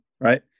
Right